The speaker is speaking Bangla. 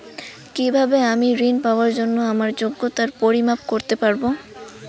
কিভাবে আমি ঋন পাওয়ার জন্য আমার যোগ্যতার পরিমাপ করতে পারব?